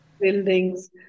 Buildings